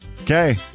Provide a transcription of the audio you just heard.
Okay